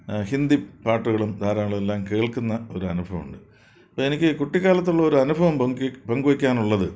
ഹിന്ദി പാട്ടുകളും ധാരാളം എല്ലാം കേൾക്കുന്ന ഒരു അനുഭവം ഉണ്ട് എനിക്ക് കുട്ടിക്കാലത്തുള്ള ഒരു അനുഭവം പങ്കുവയ് പങ്കുവയ്ക്കാനുള്ളത്